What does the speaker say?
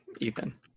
Ethan